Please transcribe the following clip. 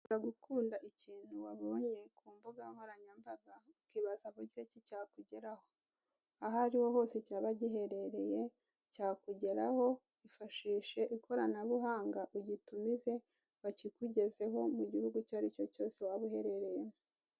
... gukunda ikintu wabonye ku mbuga nkoranyambaga, ukibaza uburyo ki cyakugeraho. Aho ariho hose cyaba giherereye, cyakugeraho, ifashishe ikoranabuhanga ugitumize bakikugezeho mu gihugu icyo ari cyo cyose, waba uherereyemo.